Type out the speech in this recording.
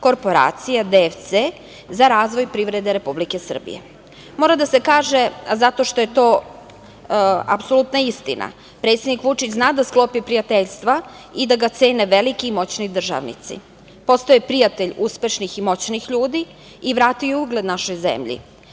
korporacije DFC za razvoj privrede Republike Srbije. To mora da se kaže zato što je to apsolutna istina. Predsednik Vučić zna da sklopi prijateljstva i da ga cene veliki i moćni državnici. Postao je prijatelj velikih i moćnih ljudi i vratio ugled našoj zemlji,